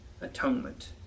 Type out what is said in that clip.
atonement